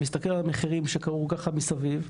מסתכל על המחירים שקרו מסביב,